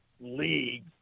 league